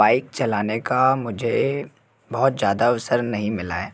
bike चलाने का मुझे बहुत ज़्यादा अवसर नहीं मिला है